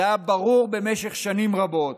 זה היה ברור במשך שנים רבות,